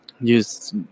use